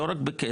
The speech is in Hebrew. לא רק בכסף,